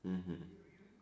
mmhmm